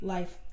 Life